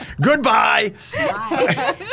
Goodbye